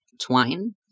Twine